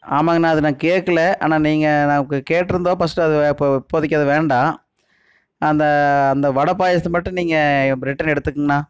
ஆமாங்கண்ணா அது நாங்கள் கேட்குல ஆனால் நீங்கள் நமக்கு கேட்டிருந்தோம் ஃபர்ஸ்ட்டு அது இப்போது இப்போதைக்கு அது வேண்டாம் அந்த அந்த வடை பாயசத்தை மட்டும் நீங்கள் ரிட்டன் எடுத்துக்கங்கண்ணா